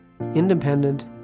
Independent